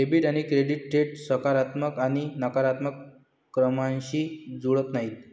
debit आणि credit थेट सकारात्मक आणि नकारात्मक क्रमांकांशी जुळत नाहीत